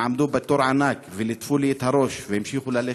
הם עמדו בתור ענק וליטפו לי את הראש והמשיכו ללכת.